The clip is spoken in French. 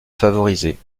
favoriser